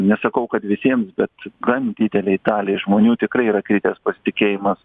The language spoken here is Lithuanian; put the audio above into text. nesakau kad visiems bet gan didelei daliai žmonių tikrai yra kritęs pasitikėjimas